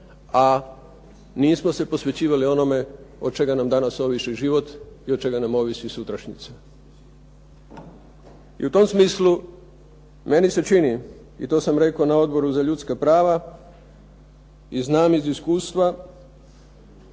a nismo se posvećivali onome od čega nam danas ovisi život i od čega nam ovisi sutrašnjica. I u tom smislu meni se čini, i to sam rekao na Odboru za ljudska prava, i znam iz iskustva